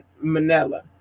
Manila